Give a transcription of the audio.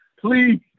Please